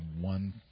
one